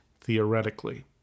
theoretically